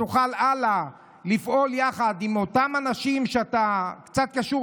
שתוכל הלאה לפעול יחד עם אותם אנשים שאתה קצת קשור